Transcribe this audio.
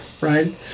right